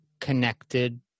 connected